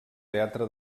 teatre